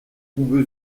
vous